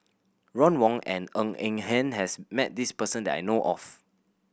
Ron Wong and Ng Eng Hen has met this person that I know of